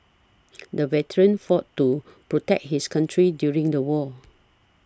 the veteran fought to protect his country during the war